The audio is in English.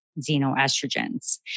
xenoestrogens